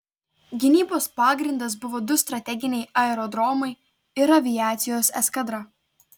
gynybos pagrindas buvo du strateginiai aerodromai ir aviacijos eskadra